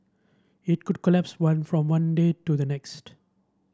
it could collapse one from one day to the next